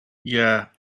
yeah